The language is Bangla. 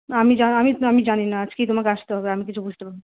আমি আমি জানি না আজকেই তোমাকে আসতে হবে আমি কিছু বুঝতে